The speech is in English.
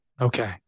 Okay